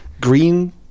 green